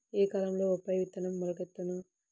ఏ కాలంలో బొప్పాయి విత్తనం మొలకెత్తును?